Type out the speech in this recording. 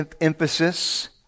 emphasis